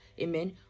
Amen